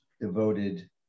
devoted